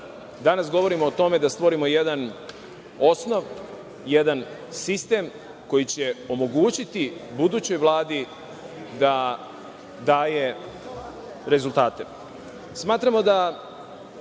Danas govorimo o tome da stvorimo jedan osnov, jedan sistem koji će omogućiti budućoj Vladi da daje rezultate. Smatramo